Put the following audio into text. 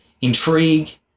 intrigue